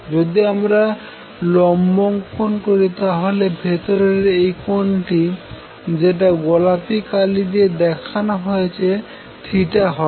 যদি আমরা এখানে লম্ব অঙ্কন করি তাহলে ভেতরের এই কোনটি যেটা গোলাপি কালি দিয়ে দেখানো হয়েছে হবে